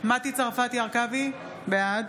מטי צרפתי הרכבי, בעד